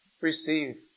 receive